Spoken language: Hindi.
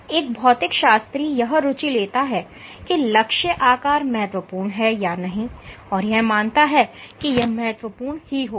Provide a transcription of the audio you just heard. एक भौतिकशास्त्री यह रुचि लेता है कि लक्ष्य आकार महत्वपूर्ण है या नहीं और यह मानता है कि यह महत्वपूर्ण ही होगा